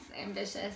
ambitious